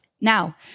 Now